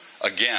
Again